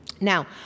Now